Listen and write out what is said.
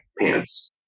pants